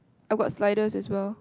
I got sliders as well